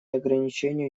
ограничению